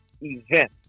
event